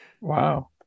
wow